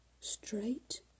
straight